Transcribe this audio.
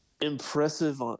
impressive